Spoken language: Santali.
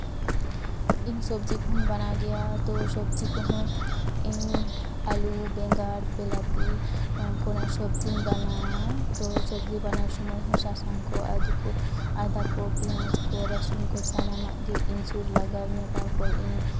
ᱤᱧ ᱥᱚᱵᱽᱡᱤ ᱠᱚᱦᱚᱧ ᱵᱮᱱᱟᱣ ᱜᱮᱭᱟ ᱛᱚ ᱥᱚᱵᱽᱡᱤ ᱠᱚᱦᱚᱸ ᱤᱧ ᱟᱹᱞᱩ ᱵᱮᱸᱜᱟᱲ ᱵᱮᱞᱟᱛᱤ ᱚᱱᱟ ᱠᱚᱨᱮᱱᱟᱜ ᱥᱚᱵᱽᱡᱤᱧ ᱵᱮᱱᱟᱣᱟ ᱛᱚ ᱥᱚᱵᱽᱡᱤ ᱵᱮᱱᱟᱣ ᱥᱚᱢᱚᱭ ᱦᱚᱸ ᱥᱟᱥᱟᱝ ᱠᱚ ᱟᱫᱟ ᱠᱚ ᱟᱫᱟ ᱠᱚ ᱯᱮᱸᱭᱟᱡᱽ ᱠᱚ ᱨᱟᱹᱥᱩᱱ ᱠᱚ ᱥᱟᱱᱟᱢᱟᱜ ᱜᱮ ᱤᱧ ᱥᱩᱨ ᱞᱟᱜᱟᱣᱤᱧᱟᱹ ᱛᱟᱨᱯᱚᱨ ᱤᱧ ᱩᱛᱩᱭᱟᱹᱧ ᱛᱚ